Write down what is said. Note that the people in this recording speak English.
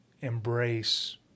embrace